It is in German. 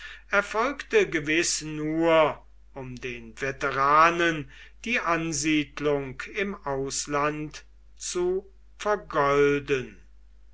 erfolgte gewiß nur um den veteranen die ansiedelung im ausland zu vergolden